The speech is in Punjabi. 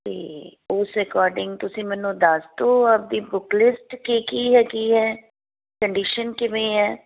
ਅਤੇ ਉਸ ਅਕੋਡਿੰਗ ਤੁਸੀਂ ਮੈਨੂੰ ਦੱਸ ਦਿਓ ਆਪਣੀ ਬੁੱਕ ਲਿਸਟ ਕੀ ਕੀ ਹੈ ਕੀ ਹੈ ਕੰਡੀਸ਼ਨ ਕਿਵੇਂ ਹੈ